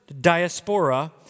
diaspora